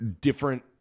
different